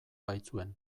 baitzuen